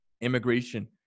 immigration